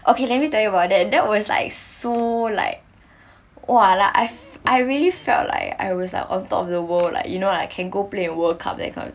okay let me tell you about that that was like so like !wah! lah I've I really felt like I was like on top of the world lah you know I can go play uh world cup that kind of